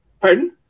Pardon